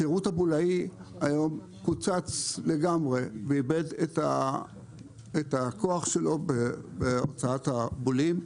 השירות הבולאי היום קוצץ לגמרי ואיבד את הכוח שלו בהוצאת הבולים.